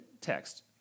text